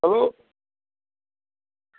ओह्